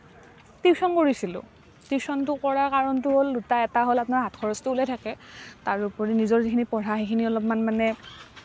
tuition কৰিছিলোঁ টিউশ্যনটো কৰা কাৰণটো হ'ল দুটাই এটা হ'ল আপোনাৰ হাত খৰচটো ওলাই থাকে তাৰোপৰি নিজৰ যিখিনি পঢ়া সেইখিনি অলপমান মানে